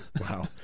Wow